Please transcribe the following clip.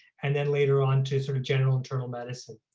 and then later on to sort of general internal medicine,